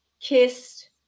kissed